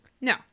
No